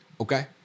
Okay